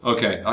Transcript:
Okay